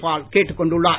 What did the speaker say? பால் கேட்டுக்கொண்டுள்ளார்